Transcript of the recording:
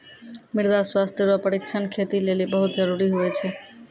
मृदा स्वास्थ्य रो परीक्षण खेती लेली बहुत जरूरी हुवै छै